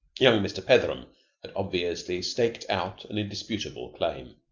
young mr. petheram had obviously staked out an indisputable claim.